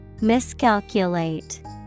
Miscalculate